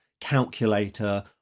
calculator